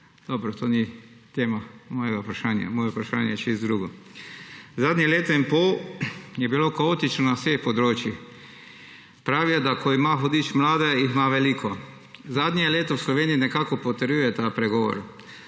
Zadnje leto in pol je bilo kaotično na vseh področjih. Pravijo, ko ima hudič mlade, jih ima veliko. Zadnje leto v Sloveniji nekako potrjuje ta pregovor.